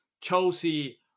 Chelsea